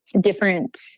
different